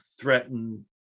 threaten